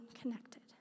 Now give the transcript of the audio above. connected